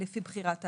לפי בחירת האדם".